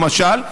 למשל,